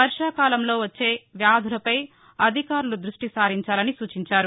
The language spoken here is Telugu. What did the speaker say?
వర్షాకాలంలో వచ్చే వ్యాధులపై అధికారులు దృష్టి సారించినట్లు సూచించారు